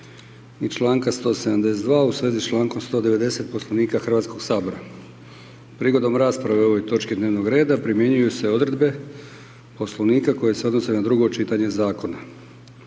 Ustava RH i čl. 172. Poslovnika Hrvatskog sabora. Prigodom rasprave o ovoj točci dnevnog reda, primjenjuju se odredbe poslovnika koje se odnose na prvo čitanje zakona.